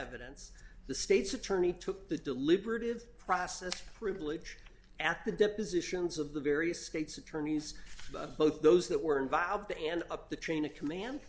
evidence the state's attorney took the deliberative process privilege at the depositions of the various states attorneys both those that were involved and up the chain of command